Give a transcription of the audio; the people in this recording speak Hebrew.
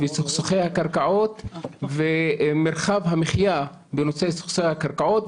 הקרקעות ומרחב המחייה בנושא סכסוכי הקרקעות.